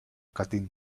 canteen